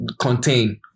Contain